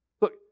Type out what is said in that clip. Look